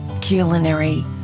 culinary